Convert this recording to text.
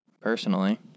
personally